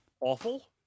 awful